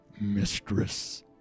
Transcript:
mistress